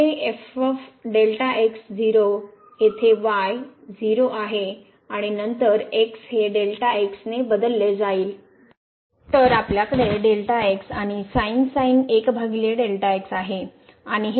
तर हे येथे y 0 आहे आणि नंतर x हे ने बदलले जाईल